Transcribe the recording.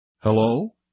Hello